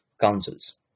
councils